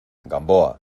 gamboa